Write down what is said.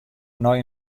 nei